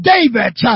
David